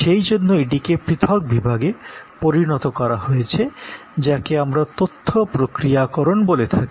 সেইজন্য এটিকে পৃথক বিভাগে পরিণত করা হয়েছে যাকে আমরা ইনফরমেশন প্রসেসিং বলে থাকি